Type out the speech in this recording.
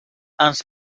ens